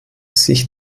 sich